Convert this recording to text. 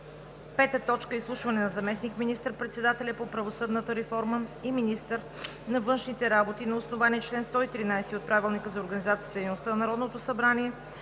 2019 г. 5. Изслушване на заместник министър-председателя по правосъдната реформа и министър на външните работи на основание чл. 113 от Правилника за организацията и дейността на Народното събрание